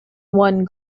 one